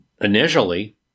initially